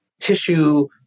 tissue